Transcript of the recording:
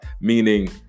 meaning